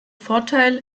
vorteil